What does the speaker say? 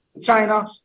China